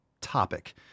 topic